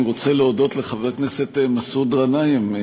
אני רוצה להודות לחבר הכנסת מסעוד גנאים.